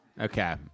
Okay